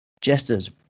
Jesters